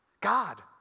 God